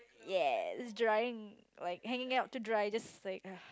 ya drying like hanging up to dry just like